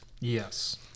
Yes